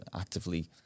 actively